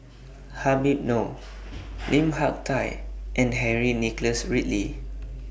Habib Noh Lim Hak Tai and Henry Nicholas Ridley